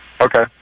Okay